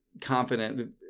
confident